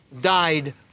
died